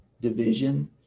division